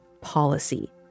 policy